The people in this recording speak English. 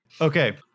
Okay